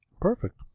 Perfect